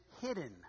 Hidden